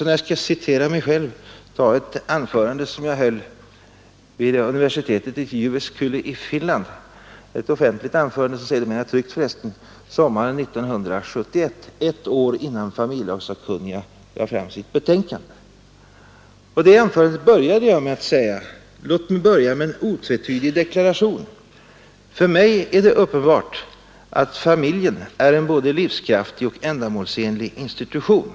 När jag skall citera mig själv skall jag ta ett anförande vid universitetet i Jyväskylä i Finland ett offentligt anförande som sedermera tryckts — sommaren 1971, ett år innan familjelagssakkunniga lade fram sitt betänkande. Det anförandet inleder jag med att säga: ”Låt mig börja med en otvetydig deklaration. För mig är det uppenbart att familjen är en både livskraftig och ändamålsenlig institution.